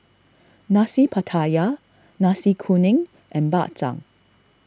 Nasi Pattaya Nasi Kuning and Bak Chang